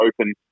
open